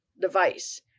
device